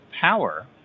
power